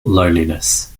loneliness